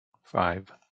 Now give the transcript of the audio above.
five